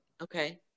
Okay